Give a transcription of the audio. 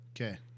Okay